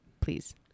Please